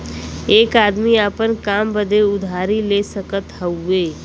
एक आदमी आपन काम बदे उधारी ले सकत हउवे